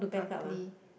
properly